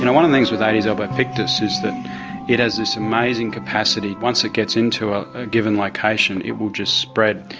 and one of the things with ah aedes albopictus is that it has this amazing capacity, once it gets into a given location it will just spread,